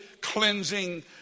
cleansing